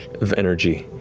of energy.